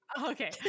okay